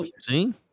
see